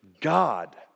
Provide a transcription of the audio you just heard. God